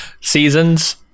seasons